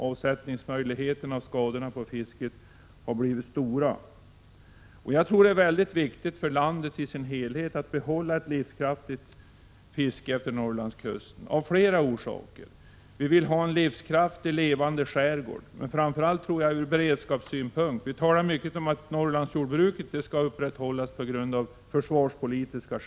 Avsättningsmöjligheterna har påverkats och skadorna på fisket har blivit stora. Jag tror att det av flera orsaker är väldigt viktigt för landet i dess helhet att ett livskraftigt fiske utefter Norrlandskusten behålls. Vi vill ju bl.a. ha en livskraftig levande skärgård — framför allt, tror jag, ur beredskapssynpunkt. Vi talar mycket om att Norrlandsjordbruket av försvarspolitiska skäl skall upprätthållas.